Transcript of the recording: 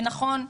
ונכון,